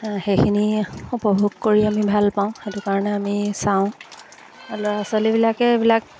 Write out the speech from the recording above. সেইখিনি উপভোগ কৰি আমি ভাল পাওঁ সেইটো কাৰণে আমি চাওঁ ল'ৰা ছোৱালীবিলাকে এইবিলাক